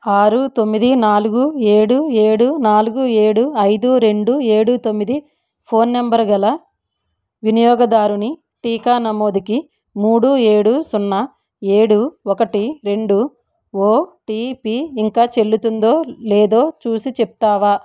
ఆరు తొమ్మిది నాలుగు ఏడు ఏడు నాలుగు ఏడు ఐదు రెండు ఏడు తొమ్మిది ఫోన్ నంబరు గల వినియోగదారుని టీకా నమోదుకి మూడు ఏడు సున్నా ఏడు ఒకటి రెండు ఓటీపీ ఇంకా చెల్లుతుందో లేదో చూసి చెప్తావా